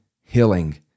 healing